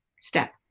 step